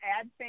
add